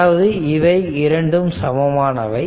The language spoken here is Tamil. அதாவது இவை இரண்டும் சமமானவை